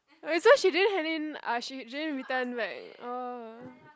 so she didn't hand in ah she didn't return right oh